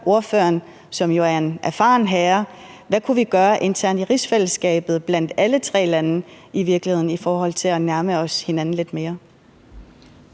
ordføreren, som jo er en erfaren herre, om, hvad vi internt i rigsfællesskabet blandt i virkeligheden alle tre lande kunne gøre i forhold til at nærme os hinanden lidt mere.